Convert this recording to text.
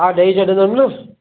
हा ॾेई छॾींदमि न